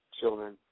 children